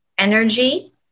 Energy